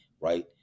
right